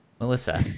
melissa